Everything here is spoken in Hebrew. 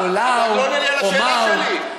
אתה לא עונה לי על השאלה שלי.